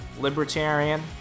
libertarian